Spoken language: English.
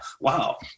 wow